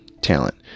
talent